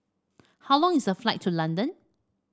how long is the flight to London